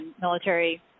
military